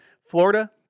Florida